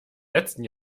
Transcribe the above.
letzten